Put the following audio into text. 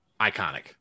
Iconic